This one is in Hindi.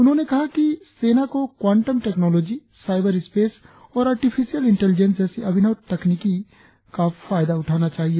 उन्होंने कहा कि सेना को क्वांटम टैक्नोलोजी साइबर स्पेस और आर्टिफिशल इंटेलीजेंस जैसी अभिनव तकनीकों का फायदा उठाना चाहिए